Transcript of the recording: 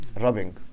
rubbing